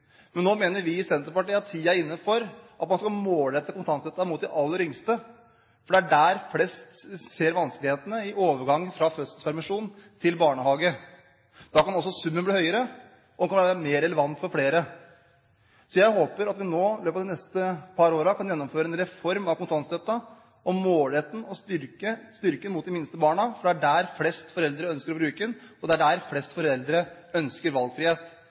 vi i Senterpartiet mener at tiden nå er inne for at man skal målrette kontantstøtten mot de aller yngste, for det er der fleste ser vanskelighetene – i overgangen fra fødselspermisjon til barnehage. Da kan også summen bli høyere, og kontantstøtten kan være mer relevant for flere. Så jeg håper at vi i løpet av de neste par årene kan gjennomføre en reform av kontantstøtten, målrette den og styrke den inn mot de minste barna, for det er her flest foreldre ønsker å bruke den, og det er her flest foreldre ønsker valgfrihet.